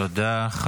תודה.